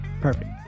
perfect